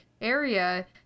area